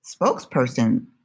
spokesperson